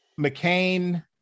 McCain